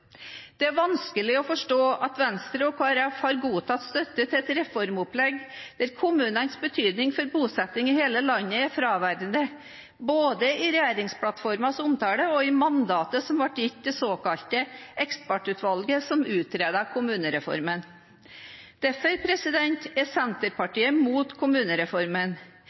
Det er vanskelig å forstå at Venstre og Kristelig Folkeparti har godtatt støtte til et reformopplegg hvor kommunenes betydning for bosetting i hele landet er fraværende både i regjeringsplattformens omtale og i mandatet som ble gitt det såkalte ekspertutvalget som utredet kommunereformen. Derfor er Senterpartiet imot kommunereformen.